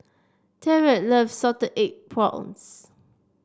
Tyrek loves Salted Egg Prawns